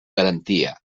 garantia